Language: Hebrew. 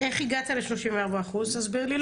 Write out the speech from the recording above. איך הגעת ל-34% תסביר לי.